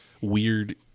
weird